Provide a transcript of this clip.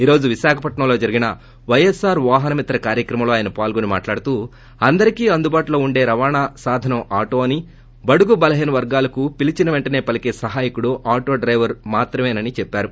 ఈ రోజు విశాఖలో జరిగిన పైఎస్ఆర్ వాహన మిత్ర కార్యక్రమంలో ఆయన పాల్గొని మాట్లాడుతూ అందరికీ అందుబాటులో ఉండే రవాణా సాధనం ఆటోయే అని బడుగు బలహీన వర్గాలకు పిలిచిన పెంటనే పలికే సహాయకుడు ఆటోడైవర్ మాత్రమేనని చెప్పారు